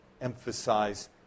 emphasize